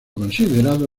considerado